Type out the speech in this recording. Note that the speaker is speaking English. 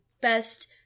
Best